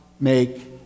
make